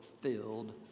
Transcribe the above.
filled